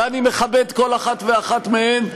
ואני מכבד כל אחת ואחת מהן,